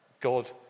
God